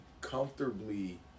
comfortably